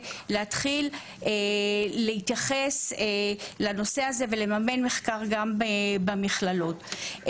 להתחיל להתייחס לנושא הזה ולממן מחקר גם במכללות.